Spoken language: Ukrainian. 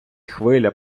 хвиля